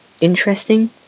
interesting